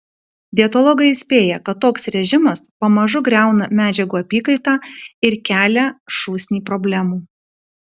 dietologai įspėja kad toks režimas pamažu griauna medžiagų apykaitą ir kelią šūsnį problemų